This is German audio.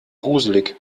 gruselig